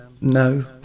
No